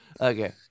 Okay